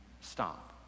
Stop